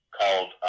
called